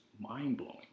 mind-blowing